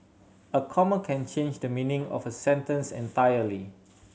a comma can change the meaning of a sentence entirely